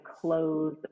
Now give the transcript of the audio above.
close